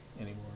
anymore